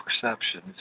perceptions